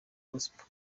gospel